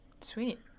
sweet